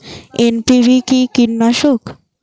NPV কি কীটনাশক?